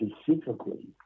specifically